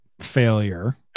failure